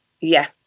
Yes